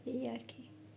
এই আর কি